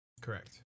Correct